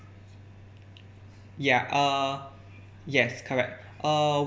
ya uh yes correct uh